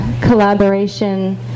collaboration